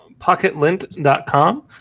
pocketlint.com